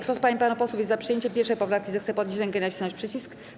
Kto z pań i panów posłów jest za przyjęciem 1. poprawki, zechce podnieść rękę i nacisnąć przycisk.